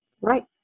Right